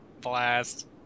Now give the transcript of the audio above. Blast